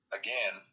again